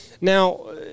Now